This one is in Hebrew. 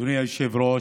אדוני היושב-ראש,